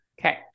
Okay